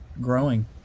growing